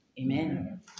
amen